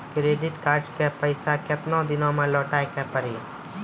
Credit card के पैसा केतना दिन मे लौटाए के पड़ी?